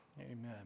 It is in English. Amen